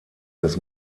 des